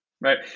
Right